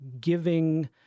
giving